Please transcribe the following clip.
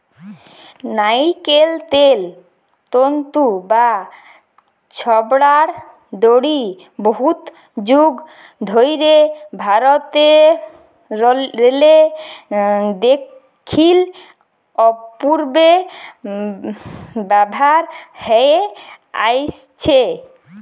লাইড়কেল তল্তু বা ছবড়ার দড়ি বহুত যুগ ধইরে ভারতেরলে দখ্খিল অ পূবে ব্যাভার হঁয়ে আইসছে